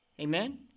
Amen